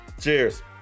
Cheers